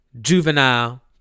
Juvenile